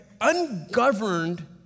ungoverned